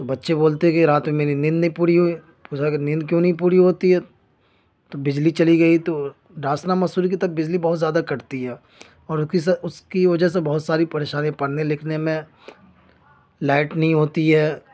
تو بچے بولتے ہیں کہ رات میں میری نیند نہیں پوری ہوئی اس نے کہا نیند کیوں نہیں پوری ہوتی ہے تو بجلی چلی گئی تو ڈاسنا مسوری کے تک بجلی بہت زیادہ کٹتی ہے اس کی وجہ سے بہت ساری پریشانی پڑھنے لکھنے میں لائٹ نہیں ہوتی ہے